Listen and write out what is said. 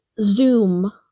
zoom